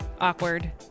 awkward